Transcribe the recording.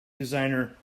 designer